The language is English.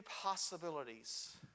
possibilities